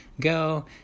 go